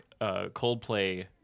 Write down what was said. Coldplay